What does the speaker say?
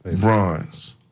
Bronze